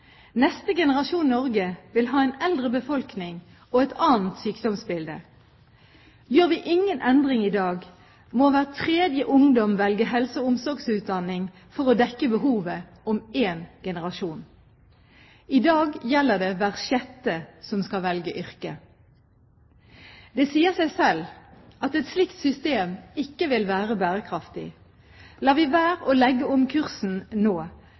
Neste generasjon Norge vil ha en eldre befolkning – og et annet sykdomsbilde. Gjør vi ingen endringer i dag, må hver tredje ungdom velge helse- og omsorgsutdanning for å dekke behovet om én generasjon. I dag gjelder det hver sjette som skal velge yrke. Det sier seg selv at et slikt system ikke vil være bærekraftig. Lar vi være å legge om kursen nå,